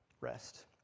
rest